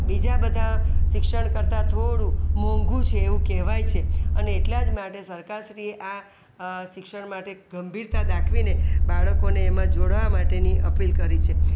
બીજા બધાં શિક્ષણ કરતાં થોડું મોંઘું છે એવું કહેવાય છે અને એટલા જ માટે સરકાર શ્રીએ આ શિક્ષણ માટે ગંભીરતા દાખવીને બાળકોને એમાં જોડાવા માટેની અપીલ કરી છે